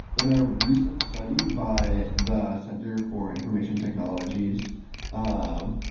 in a recent study by the center for information technologies um